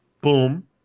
Boom